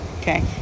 Okay